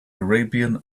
arabian